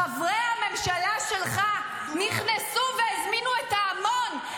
חברי הממשלה שלך נכנסו והזמינו את ההמון,